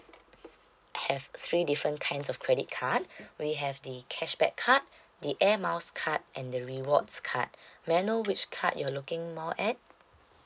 have three different kinds of credit card we have the cashback card the air miles card and the rewards card may I know which card you're looking more at